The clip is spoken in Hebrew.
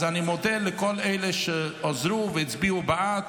אז אני מודה לכל אלה שעזרו והצביעו בעד.